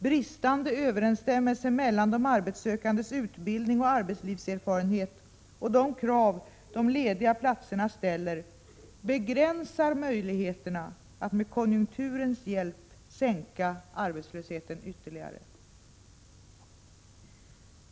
Bristande överensstämmelse mellan de arbetssökandes utbildning och arbetslivserfarenhet och de krav de lediga platserna ställer begränsar möjligheterna att med konjunkturens hjälp sänka arbetslösheten ytterligare.